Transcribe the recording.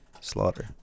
Slaughter